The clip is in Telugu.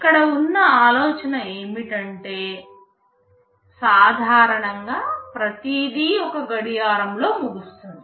ఇక్కడ ఉన్న ఆలోచన ఏమిటంటే సాధారణంగా ప్రతిదీ ఒక గడియారంలో ముగుస్తుంది